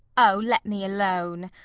o let me alone.